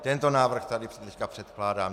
Tento návrh tady teď předkládám.